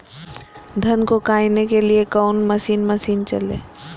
धन को कायने के लिए कौन मसीन मशीन चले?